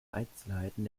einzelheiten